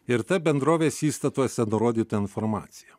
ir ta bendrovės įstatuose nurodyta informacija